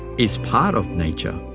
is part of nature,